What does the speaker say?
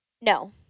No